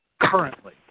currently